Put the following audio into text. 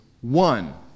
one